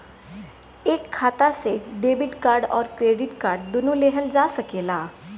एक खाता से डेबिट कार्ड और क्रेडिट कार्ड दुनु लेहल जा सकेला?